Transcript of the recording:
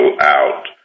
out